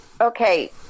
okay